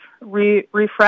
refresh